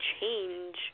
change